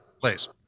Please